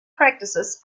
practices